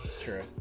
true